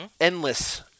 endless